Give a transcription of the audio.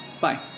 Bye